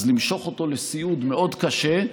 אז למשוך אותו לסיעוד מאוד קשה,